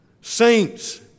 Saints